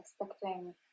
expecting